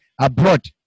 abroad